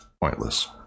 pointless